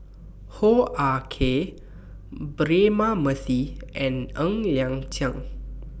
Hoo Ah Kay Braema Mathi and Ng Liang Chiang